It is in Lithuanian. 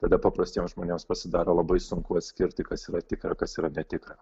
tada paprastiems žmonėms pasidaro labai sunku atskirti kas yra tikra kas yra netikra